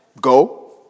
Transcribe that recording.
Go